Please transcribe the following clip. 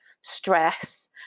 Stress